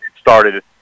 started